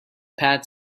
pat